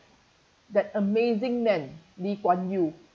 that amazing man lee kuan yew